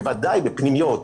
בוודאי בפנימיות,